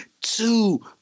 two